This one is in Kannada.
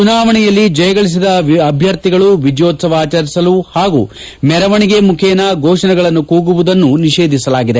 ಚುನಾವಣೆಯಲ್ಲಿ ಜಯಗಳಿಸಿದ ಅಭ್ಯರ್ಥಿಗಳು ವಿಜಯೋತ್ಸವ ಆಚರಿಸಲು ಹಾಗೂ ಮೆರವಣಿಗೆ ಮುಖೇನ ಘೋಷಣೆಗಳನ್ನು ಕೂಗುವುದನ್ನು ನಿಷೇಧಿಸಲಾಗಿದೆ